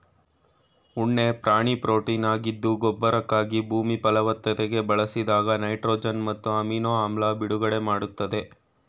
ಉಣ್ಣೆ ಪ್ರಾಣಿ ಪ್ರೊಟೀನಾಗಿದ್ದು ಗೊಬ್ಬರಕ್ಕಾಗಿ ಭೂಮಿ ಫಲವತ್ತತೆಗೆ ಬಳಸಿದಾಗ ನೈಟ್ರೊಜನ್ ಮತ್ತು ಅಮಿನೊ ಆಮ್ಲ ಬಿಡುಗಡೆ ಮಾಡ್ತದೆ